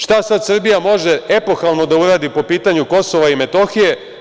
Šta sad Srbija može epohalno da uradi po pitanju Kosova i Metohije?